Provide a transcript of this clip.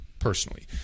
personally